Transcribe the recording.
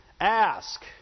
Ask